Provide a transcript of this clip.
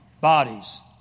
Bodies